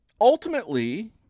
ultimately